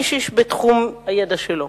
איש-איש בתחום הידע שלו.